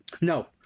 No